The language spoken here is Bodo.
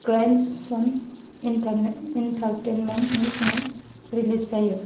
ग्रैंडसन इटरटेनमेन्टनि सिङाव रिलिज जायो